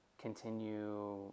continue